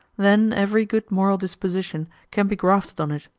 then every good moral disposition can be grafted on it,